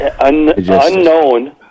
Unknown